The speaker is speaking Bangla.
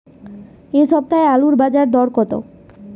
এ সপ্তাহে আলুর বাজার দর কত?